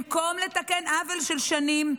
במקום לתקן עוול של שנים,